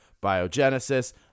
biogenesis